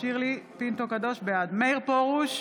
מאיר פרוש,